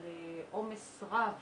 על עומס רב